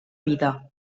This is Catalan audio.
vida